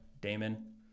Damon